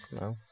No